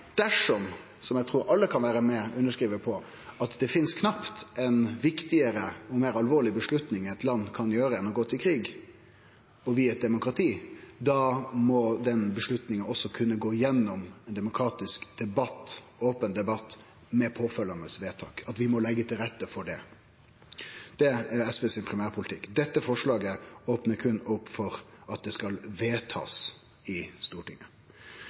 som eg trur alle kan vere med og underskrive på – knapt finst ei viktigare og meir alvorleg avgjerd eit land kan ta enn å gå til krig, og vi er eit demokrati. Da må vi leggje til rette for at den avgjerda må kunne gå gjennom ein open, demokratisk debatt, med påfølgjande vedtak. Det er SVs primærpolitikk. Dette forslaget opnar berre opp for at det skal bli vedtatt i Stortinget.